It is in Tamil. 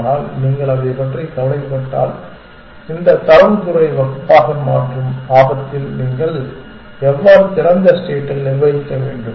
ஆனால் நீங்கள் அதைப் பற்றி கவலைப்பட்டால் இதை தரவுத் துறை வகுப்பாக மாற்றும் ஆபத்தில் நீங்கள் எவ்வாறு திறந்த ஸ்டேட்டில் நிர்வகிக்க வேண்டும்